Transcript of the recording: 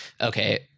okay